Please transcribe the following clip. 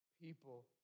people